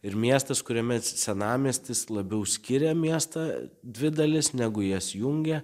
ir miestas kuriame senamiestis labiau skiria miestą dvi dalis negu jas jungia